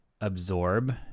absorb